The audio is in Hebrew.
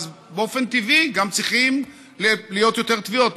באופן טבעי גם צריכות להיות יותר תביעות,